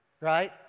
right